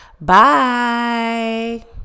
Bye